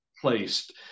placed